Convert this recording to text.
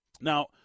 now